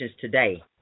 today